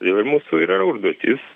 ir mūsų yra užduotis